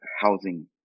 housing